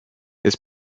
this